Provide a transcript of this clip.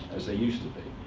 as they used to be.